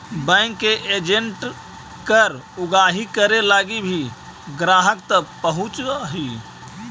bank के agent कर उगाही करे लगी भी ग्राहक तक पहुंचऽ हइ